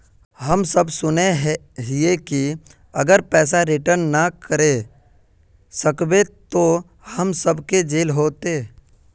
हम सब सुनैय हिये की अगर पैसा रिटर्न ना करे सकबे तो हम सब के जेल होते?